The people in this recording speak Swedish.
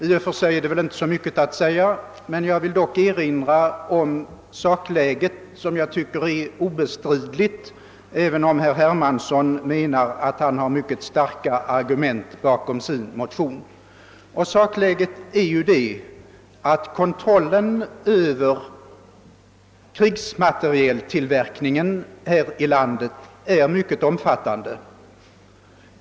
I och för sig är det väl inte så mycket att tillägga, men jag vill dock erinra om sakläget, som jag tycker är obestridligt, även om herr Hermansson menar att han har mycket starka argument bakom sitt motionspar. Sakläget är det att det offentliga inflytandet över krigsmaterieltillverkningen här i landet är mycket omfattande.